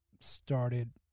started